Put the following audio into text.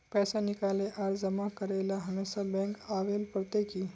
पैसा निकाले आर जमा करेला हमेशा बैंक आबेल पड़ते की?